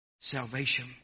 salvation